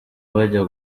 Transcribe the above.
bajya